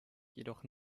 jedoch